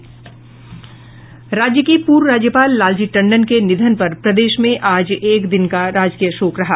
राज्य के पूर्व राज्यपाल लालजी टंडन के निधन पर प्रदेश में आज एक दिन का राजकीय शोक रहा